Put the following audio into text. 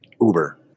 uber